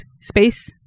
space